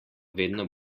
vedno